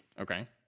okay